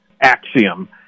axiom